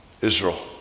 Israel